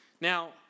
Now